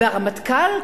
והרמטכ"ל,